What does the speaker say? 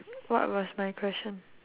what was my question